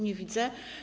Nie widzę.